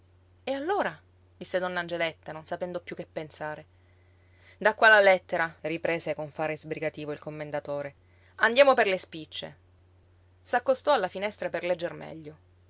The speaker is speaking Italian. e allora disse donna angeletta non sapendo piú che pensare da qua la lettera riprese con fare sbrigativo il commendatore andiamo per le spicce s'accostò alla finestra per legger meglio